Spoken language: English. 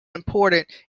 important